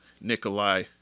Nikolai